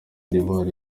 d’ivoire